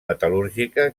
metal·lúrgica